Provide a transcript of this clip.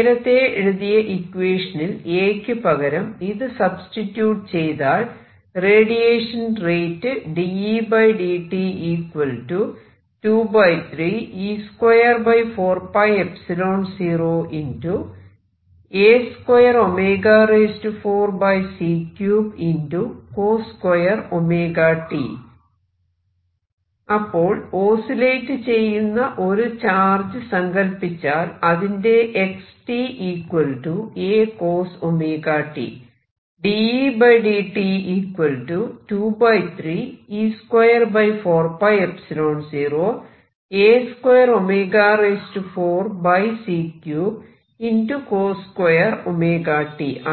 നേരത്തെ എഴുതിയ ഇക്വേഷനിൽ a യ്ക്കു പകരം ഇത് സബ്സ്റ്റിട്യൂട് ചെയ്താൽ റേഡിയേഷൻ റേറ്റ് അപ്പോൾ ഓസിലേറ്റ് ചെയ്യുന്ന ഒരു ചാർജ് സങ്കല്പിച്ചാൽ അതിന്റെ